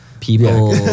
People